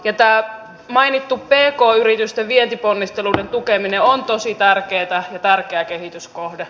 tämä mainittu pk yritysten vientiponnistelujen tukeminen on tosi tärkeätä ja tärkeä kehityskohde